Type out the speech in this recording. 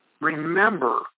remember